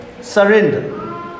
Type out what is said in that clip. Surrender